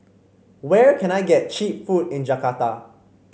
where can I get cheap food in Jakarta